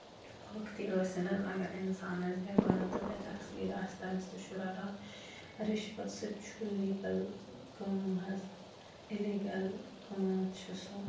آختٕے ٲسِنۍ حظ اگر اِنسان آسہِ بےٚ گۄناہ تہٕ بےٚ تقصیٖر آسہِ تٔمِس تہِ چھُ رَٹان رِشوَت سُہ تہِ چھُ لیٖگَل کٲم حظ اِلیٖگَل کٲم چھِ سُہ